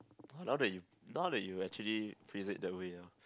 now that you now that you actually phrase it that way ah